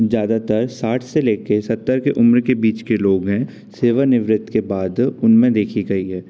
ज़्यादातर साठ से लेके सत्तर के उम्र के बीच के लोग हैं सेवानिवृत के बाद उनमें देखी गई है